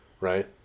right